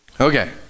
Okay